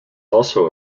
also